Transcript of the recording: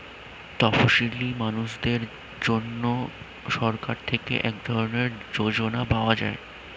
তপসীলি মানুষদের জন্য সরকার থেকে এক ধরনের যোজনা পাওয়া যায়